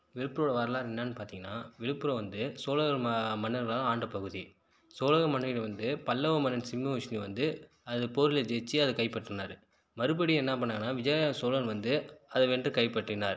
விழுப்புரம் வரலாறு என்னன்னு பார்த்தீங்கன்னா விழுப்புரம் வந்து சோழர்கள் மன்னர்கள் ஆண்ட பகுதி சோழர்கள் மன்னர்கள் வந்து பல்லவ மன்னன் சிம்மவிஷ்ணுவை வந்து போரில் ஜெய்ச்சு அதை கைப்பற்றினார் மறுபடியும் என்ன பண்ணாங்கண்ணால் விஜயநகர சோழன் வந்து அதை வந்துட்டு கைப்பற்றினார்